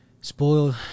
spoil